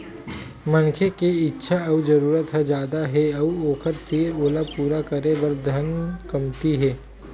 मनखे के इच्छा अउ जरूरत ह जादा हे अउ ओखर तीर ओला पूरा करे बर धन कमती हे